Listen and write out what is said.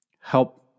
help